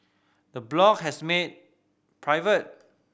the blog has made private